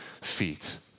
feet